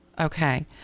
okay